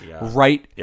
right